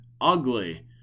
ugly